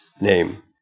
name